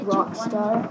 Rockstar